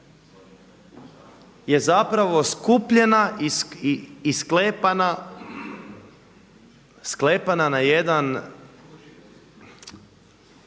je skupljena i sklepana na jedan